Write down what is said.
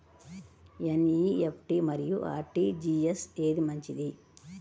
NEFT మరియు RTGS ఏది మంచిది?